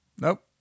Nope